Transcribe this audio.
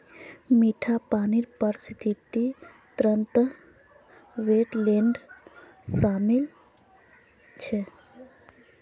मीठा पानीर पारिस्थितिक तंत्रत वेट्लैन्ड शामिल छ